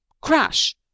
Crash